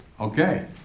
Okay